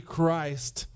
Christ